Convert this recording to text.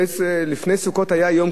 לפני סוכות היה יום